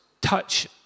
touch